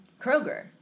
Kroger